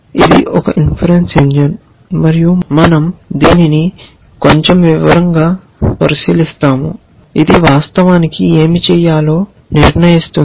ఇది ఒక inference engine మరియు మనం దీనిని కొంచెం వివరంగా పరిశీలిస్తాము ఇది వాస్తవానికి ఏమి చేయాలో నిర్ణయిస్తుంది